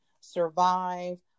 survive